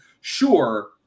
Sure